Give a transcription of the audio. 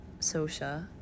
Sosha